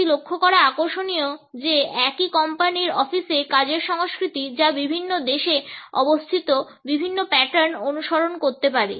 এটি লক্ষ্য করা আকর্ষণীয় যে একই কোম্পানির অফিসে কাজের সংস্কৃতি যা বিভিন্ন দেশে অবস্থিত বিভিন্ন প্যাটার্ন অনুসরণ করতে পারে